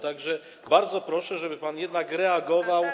Tak że bardzo proszę, żeby pan jednak reagował.